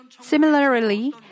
Similarly